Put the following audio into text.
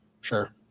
Sure